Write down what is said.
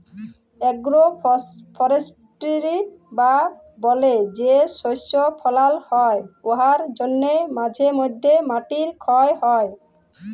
agro forestry বা বলে যে শস্য ফলাল হ্যয় উয়ার জ্যনহে মাঝে ম্যধে মাটির খ্যয় হ্যয়